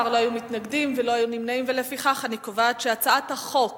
ההצעה להעביר את הצעת חוק